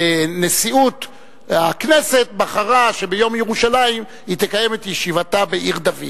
נשיאות הכנסת בחרה שביום ירושלים היא תקיים את ישיבתה בעיר-דוד.